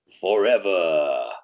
forever